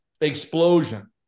explosion